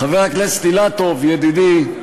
חבר הכנסת אילטוב, ידידי,